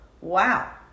Wow